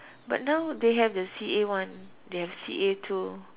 but now they have the C_A one they have C_A two